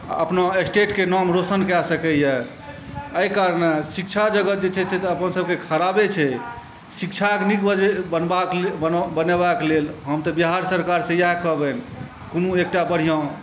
आ अपना स्टेटके नाम रौशन कए सकैए एहिकारणे शिक्षा जगत जे छै से तऽ अपन सभके खराबे छै शिक्षाकेँ नीक बनेबाक लेल हम तऽ बिहार सरकारसँ इएह कहबनि कोनो एकटा बढ़िआँ